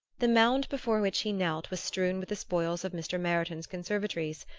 the mound before which he knelt was strewn with the spoils of mr. meriton's conservatories,